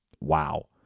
wow